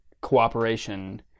cooperation